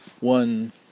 one